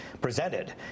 presented